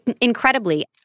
Incredibly